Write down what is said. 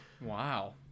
Wow